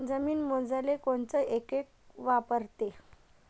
जमीन मोजाले कोनचं एकक वापरते?